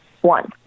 one